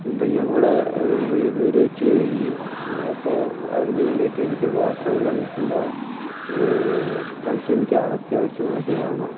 പിന്നെ ഇവിടെ വീട് വീട് വച്ചു കഴിഞ്ഞു അപ്പോൾ അതിന് വേണ്ടിയിട്ട് എനിക്ക് വാട്ടർ കണസൻ്റ് കണക്ഷൻ എനിക്ക് ആ അത്യാവശ്യമായിട്ടു വേണം